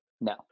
No